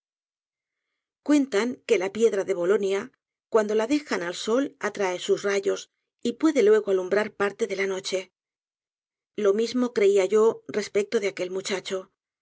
cuentan que la piedra de bolonia cuando la dejan al sol atrae sus rayos y puede luego alumbrar parte de la noche lo mismo creia yo respecto de aquel muchacho